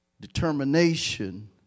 determination